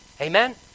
Amen